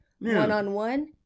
one-on-one